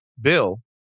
Bill